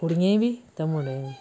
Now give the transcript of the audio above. कुडियें बी ते मुड़े बी